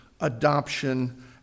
adoption